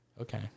Okay